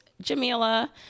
Jamila